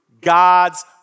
God's